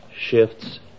shifts